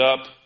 up